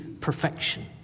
perfection